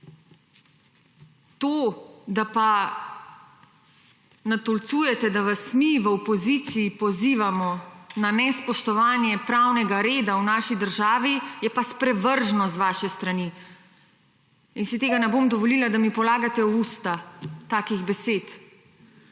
To, da pa natolcujete, da vas mi v opoziciji pozivamo na nespoštovanje pravnega reda v naši državi, je pa sprevržno z vaše strani. / znak za konec razprave/ In si tega ne bom dovolila, da mi polagate v usta takih besed.